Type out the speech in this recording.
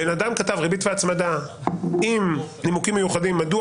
בן אדם כתב ריבית והצמדה עם נימוקים מיוחדים מדוע